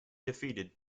defeated